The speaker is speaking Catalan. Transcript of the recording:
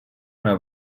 una